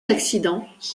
accidents